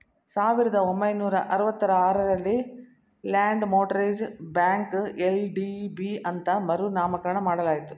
ಸಾವಿರದ ಒಂಬೈನೂರ ಅರವತ್ತ ಆರಲ್ಲಿ ಲ್ಯಾಂಡ್ ಮೋಟರೇಜ್ ಬ್ಯಾಂಕ ಎಲ್.ಡಿ.ಬಿ ಅಂತ ಮರು ನಾಮಕರಣ ಮಾಡಲಾಯಿತು